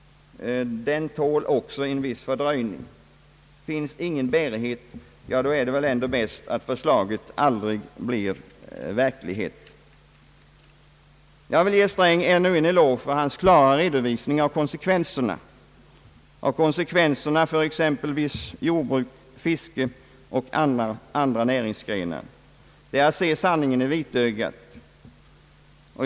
Den tål då också en viss fördröjning. Finns däremot ingen bärighet, ja då är det väl ändå bäst att förslaget aldrig blir förverkligat. Jag vill ge herr Sträng ännu en eloge för hans klara redovisning av konsekvenserna för jordbruk, fiske och andra näringsgrenar. Det är att se sanningen i vitögat.